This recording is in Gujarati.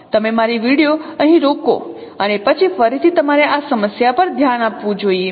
તમે મારી વિડિઓ અહીં રોકો અને પછી ફરીથી તમારે આ સમસ્યા પર ધ્યાન આપવું જોઈએ